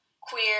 queer